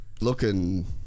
Looking